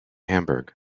hamburg